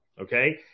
okay